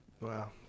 wow